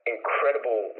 incredible